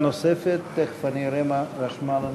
שאלה נוספת, תכף אני אראה מה רשמה לנו,